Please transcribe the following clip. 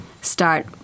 start